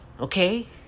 Okay